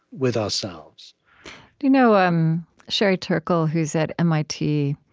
with ourselves do you know um sherry turkle, who's at mit,